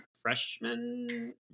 freshman